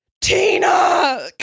Tina